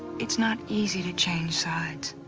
it's not easy to change sides.